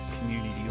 community